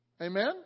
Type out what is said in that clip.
Amen